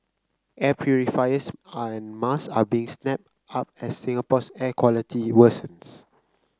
air purifiers and mask are being snapped up as Singapore's air quality worsens